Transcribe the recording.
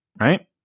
Right